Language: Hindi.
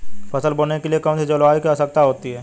फसल बोने के लिए कौन सी जलवायु की आवश्यकता होती है?